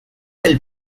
del